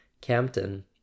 Campton